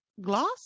gloss